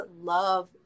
love